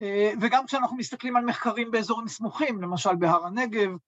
וגם כשאנחנו מסתכלים על מחקרים באזורים סמוכים, למשל בהר הנגב.